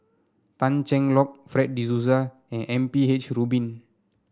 Tan Cheng Lock Fred De Souza and M P H Rubin